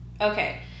Okay